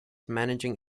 managing